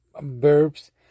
verbs